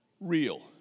real